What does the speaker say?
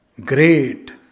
Great